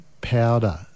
powder